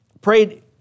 prayed